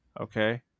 okay